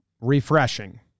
Refreshing